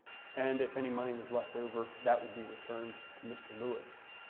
and if any money was leftover, that would be returned to mr. lewis.